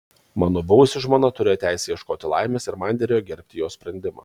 mano buvusi žmona turėjo teisę ieškoti laimės ir man derėjo gerbti jos sprendimą